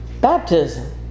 Baptism